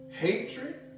hatred